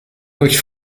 durch